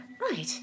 right